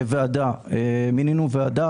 בנובמבר 2021 מינינו ועדה,